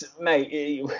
mate